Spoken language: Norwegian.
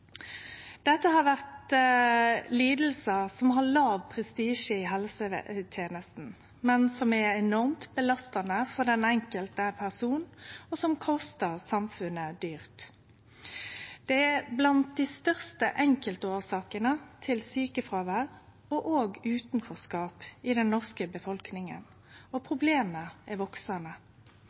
Dette har vore lidingar som har låg prestisje i helsetenesta, men som er enormt belastande for den enkelte person, og som kostar samfunnet dyrt. Det er blant dei største enkeltårsakene til sjukefråvær og òg utanforskap i det norske folk, og problemet er